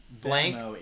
Blank